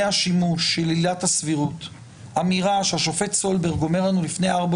השימוש של עילת הסבירות אמירה שהשופט סולברג אומר לנו לפני ארבע